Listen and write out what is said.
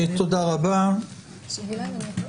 תודה רבה.